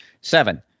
Seven